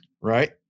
right